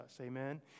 Amen